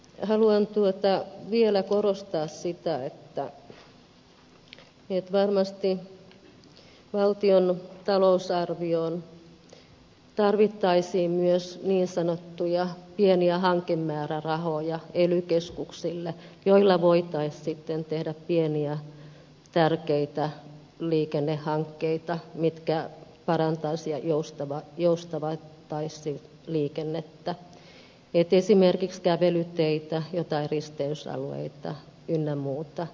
haluan vielä korostaa sitä että varmasti valtion talousarvioon tarvittaisiin myös niin sanottuja pieniä hankemäärärahoja ely keskuksille joilla voitaisiin sitten tehdä pieniä tärkeitä liikennehankkeita jotka parantaisivat ja joustavoittaisivat liikennettä esimerkiksi kävelyteitä joitain risteysalueita ynnä muuta